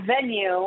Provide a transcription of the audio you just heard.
venue